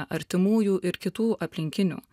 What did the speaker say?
artimųjų ir kitų aplinkinių